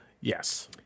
yes